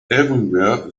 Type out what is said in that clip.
everywhere